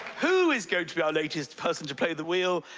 who is going to be our latest person to play the wheel.